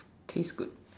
taste good